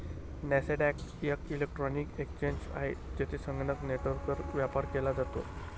Nasdaq एक electronic exchange आहे, जेथे संगणक नेटवर्कवर व्यापार केला जातो